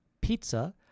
Pizza